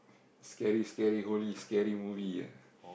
scary scary holy scary movie ah